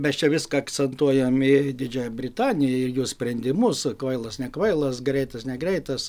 mes čia viską akcentuojam į didžiąją britaniją ir jos sprendimus kvailas nekvailas greitas negreitas